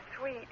sweet